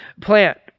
plant